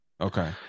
Okay